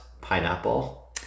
pineapple